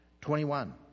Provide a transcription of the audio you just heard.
Twenty-one